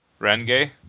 Renge